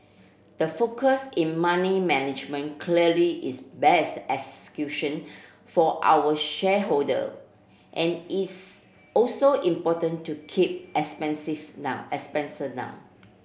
the focus in money management clearly is best execution for our shareholder and it's also important to keep expenses now expenses down